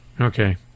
Okay